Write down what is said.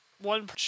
one